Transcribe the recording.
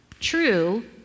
True